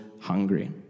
hungry